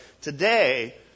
today